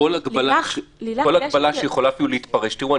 כל הגבלה שיכולה אפילו להתפרש תראו,